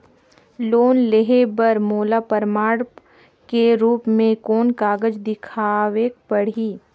Loan लेहे बर मोला प्रमाण के रूप में कोन कागज दिखावेक पड़ही?